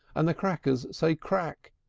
and the crackers said crack!